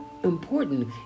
important